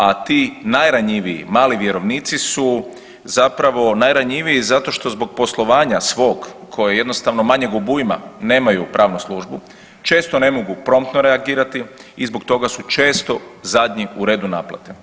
A ti najranjiviji mali vjerovnici su zapravo najranjiviji zato što zbog poslovanja svog koji je jednostavno manjeg obujma nemaju pravnu službu, često ne mogu promptno reagirati i zbog toga su često zadnji u redu naplate.